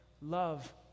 love